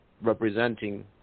representing